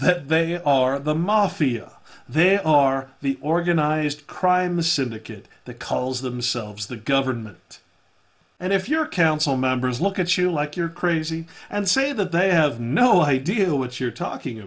that they are the mafia they are the organized crime syndicate that calls themselves the government and if your council members look at you like you're crazy and say that they have no idea what you're talking